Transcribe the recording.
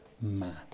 mad